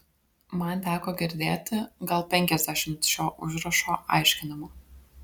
man teko girdėti gal penkiasdešimt šio užrašo aiškinimų